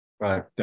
Right